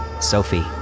Sophie